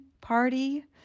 party